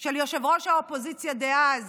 של יושב-ראש האופוזיציה דאז